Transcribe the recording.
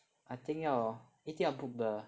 I think 要一定要 book 的